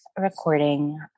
recording